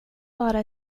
vara